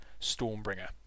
Stormbringer